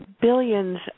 billions